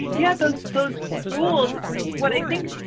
yeah. those rules. what do you think?